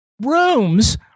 rooms